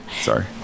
Sorry